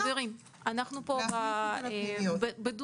מי יותר חשוב פה - הקופות או זה,